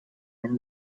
and